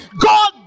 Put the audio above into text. God